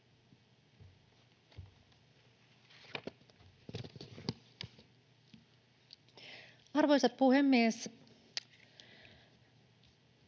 Arvoisa puhemies!